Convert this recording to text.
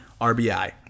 RBI